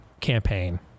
campaign